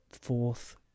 fourth